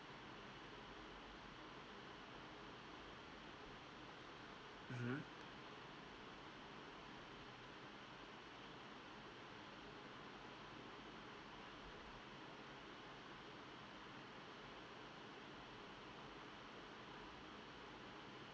mmhmm